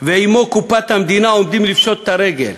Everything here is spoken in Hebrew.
ועמו קופת המדינה עומדים לפשוט את הרגל.